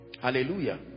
hallelujah